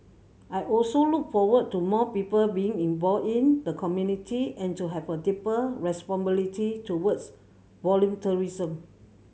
I also look forward to more people being involved in the community and to have a deeper responsibility towards volunteerism